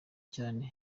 cyane